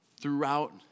throughout